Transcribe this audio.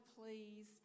please